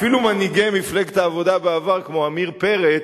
אפילו מנהיגי מפלגת העבודה בעבר, כמו עמיר פרץ,